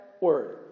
word